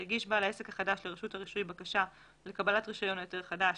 יגיש בעל העסק החדש לרשות הרישוי בקשה לקבלת רישיון או היתר חדש,